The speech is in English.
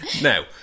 Now